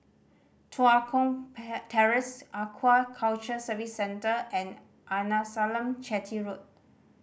Tua Kong Terrace Aquaculture Services Centre and Arnasalam Chetty Road